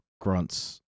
grunts